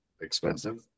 expensive